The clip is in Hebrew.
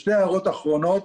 שתי הערות אחרונות.